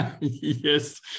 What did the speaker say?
Yes